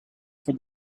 for